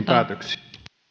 päätöksiä